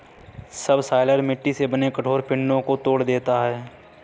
subsoiler मिट्टी से बने कठोर पिंडो को तोड़ देता है